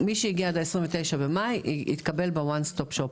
מי שהגיע עד התאריך ה-29 במאי יתקבל במרכזי ה-ONE STOP SHOP,